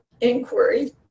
inquiry